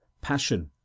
Passion